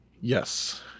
yes